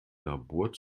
labor